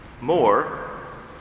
more